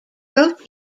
wrote